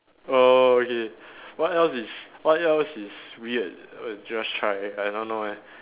oh okay what else is what else is weird err just try I don't know leh